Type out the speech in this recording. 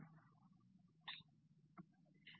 Video End Time 1856